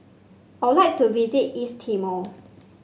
I would like to visit East Timor